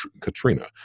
Katrina